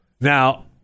Now